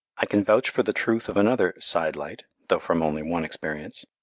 i can vouch for the truth of another sidelight, though from only one experience.